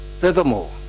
Furthermore